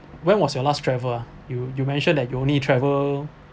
when was your last travel ah you you mentioned that you only travel